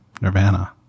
Nirvana